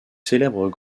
célèbres